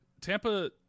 Tampa